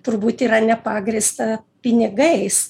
turbūt yra nepagrįsta pinigais